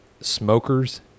smokers